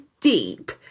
deep